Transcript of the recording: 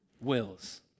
wills